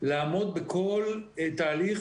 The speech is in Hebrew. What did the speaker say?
לעמוד בכל תהליך